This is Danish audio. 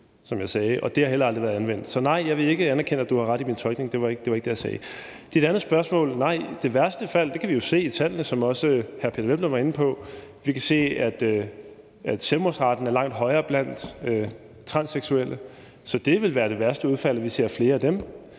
det har heller aldrig været anvendt. Så nej, jeg vil ikke anerkende, at du har ret i din tolkning. Det var ikke det, jeg sagde. Til dit andet spørgsmål vil jeg sige: Nej. Det værste udfald – det kan vi jo se i tallene, som også hr. Peder Hvelplund var inde på – er, at selvmordsraten er langt højere blandt transseksuelle. Så det vil være det værste udfald, at vi ser flere af dem.